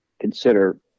Consider